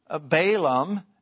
Balaam